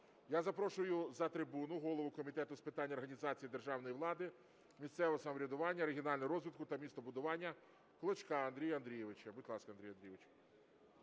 Я запрошую за трибуну голову Комітету з питань організації державної влади, місцевого самоврядування, регіонального розвитку та містобудування Клочка Андрія Андрійовича. Будь ласка, Андрій Андрійович.